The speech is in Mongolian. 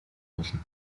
болно